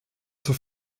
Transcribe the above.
zur